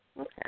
okay